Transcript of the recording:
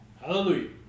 Hallelujah